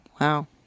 Wow